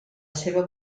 seva